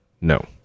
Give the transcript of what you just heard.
No